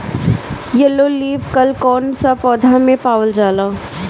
Yellow leaf कल कौन सा पौधा में पावल जाला?